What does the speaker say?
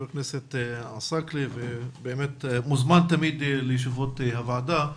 אתה מוזמן תמיד לישיבות הוועדה.